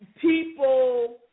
people